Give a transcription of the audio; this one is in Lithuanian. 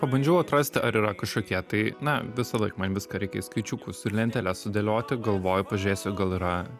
pabandžiau atrasti ar yra kažkokie tai na visąlaik man viską reikia į skaičiukus ir lenteles sudėlioti galvoju pažiūrėsiu gal yra